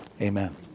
amen